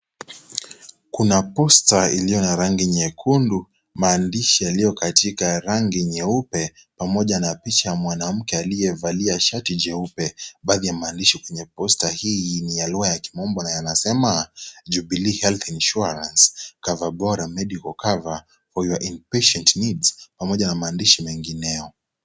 Kuna posta iliiyo na rangi nyekundu maandishi yaliyo katika rangi nyeupe pamoja na picha ya mwanamke aliyevalia shati jeupe . Baadhi ya maandishi kwenye posta hii ni ya lugha ya kimombo na yanasema Jubilee Health Insurance cover bora medical cover for your inpatient needs pamoja na maandishi mengineyo.